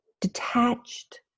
detached